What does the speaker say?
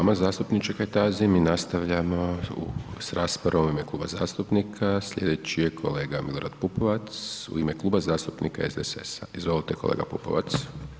Hvala i vama zastupniče Kajtazi, mi nastavljamo s raspravom u ime kluba zastupnika, slijedeći je kolega Milorad Pupovac u ime Kluba zastupnika SDSS-a, izvolite kolega Pupovac.